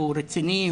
הוא רציני.